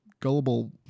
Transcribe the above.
gullible